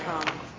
come